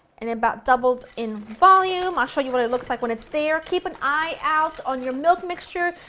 and about doubled in volume. i'll show you what it looks like when it's there. keep an eye out on your milk mixture,